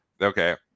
Okay